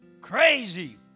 crazy